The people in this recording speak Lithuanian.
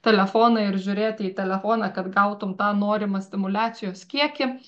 telefoną ir žiūrėti į telefoną kad gautum tą norimą stimuliacijos kiekį